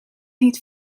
niet